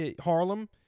Harlem